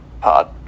Pod